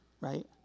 right